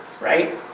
right